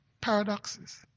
paradoxes